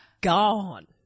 gone